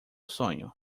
sonho